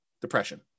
depression